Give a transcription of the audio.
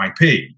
IP